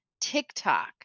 TikTok